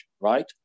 right